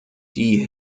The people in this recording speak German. die